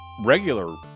regular